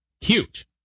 huge